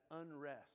unrest